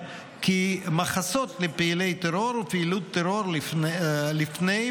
כמחסות לפעילי טרור ולפעילות טרור לפני,